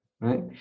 Right